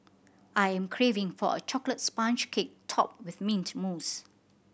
I am craving for a chocolate sponge cake topped with mint mousse